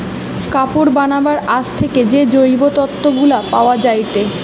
কাপড় বানাবার আঁশ থেকে যে জৈব তন্তু গুলা পায়া যায়টে